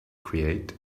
create